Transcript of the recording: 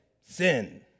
sin